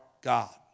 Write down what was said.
God